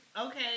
okay